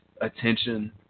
attention